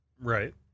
Right